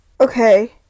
Okay